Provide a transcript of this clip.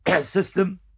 system